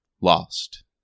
lost